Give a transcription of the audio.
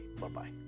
Bye-bye